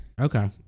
Okay